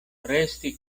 resti